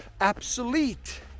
obsolete